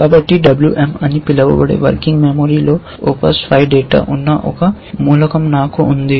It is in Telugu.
కాబట్టి WM అని పిలువబడే వర్కింగ్ మెమరీలో OPS5 డేటా ఉన్న ఒక మూలకం నాకు ఉంది